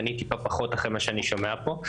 אני טיפה פחות אחרי מה שאני שומע פה.